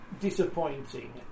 disappointing